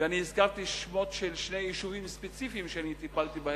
אני הזכרתי שמות של שני יישובים ספציפיים שאני טיפלתי בהם,